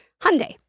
Hyundai